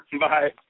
Bye